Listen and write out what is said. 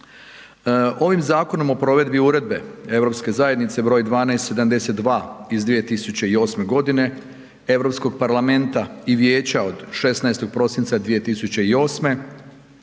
Ovim zakonom o provedbi uredbe EZ br. 1272/2008 Europskog parlamenta i Vijeća od 16. prosinca 2008. o